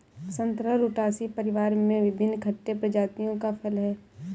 संतरा रुटासी परिवार में विभिन्न खट्टे प्रजातियों का फल है